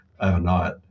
overnight